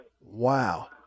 Wow